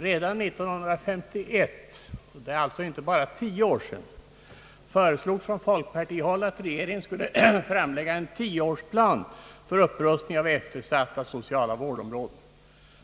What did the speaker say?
Redan 1951 — det är alltså inte bara tio år sedan — föreslogs från folkpartihåll att regeringen skulle framlägga en tioårsplan för upprustning av eftersatta sociala vårdområden.